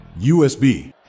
USB